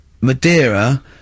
Madeira